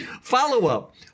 Follow-up